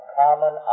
common